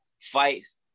fights